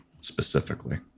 specifically